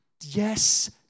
Yes